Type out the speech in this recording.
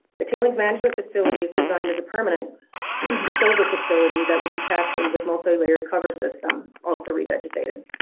the tailings management facility is designed as a permanent disposal facility that would be capped in with multilayered cover system also re-vegetated.